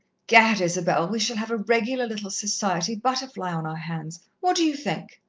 gad! isabel, we shall have a regular little society butterfly on our hands what do you think?